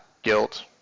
guilt